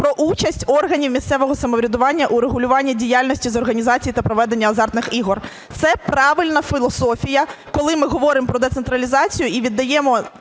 "Про участь органів місцевого самоврядування у регулюванні діяльності з організації та проведення азартних ігор". Це правильна філософія, коли ми говоримо про децентралізацію і віддаємо